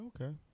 Okay